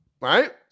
Right